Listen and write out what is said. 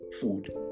food